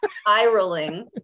spiraling